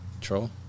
Troll